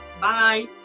bye